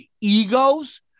egos